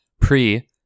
pre